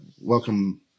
welcome